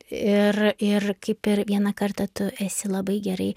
ir ir kaip ir vieną kartą tu esi labai gerai